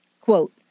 Quote